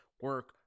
Work